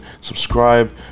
subscribe